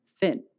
thin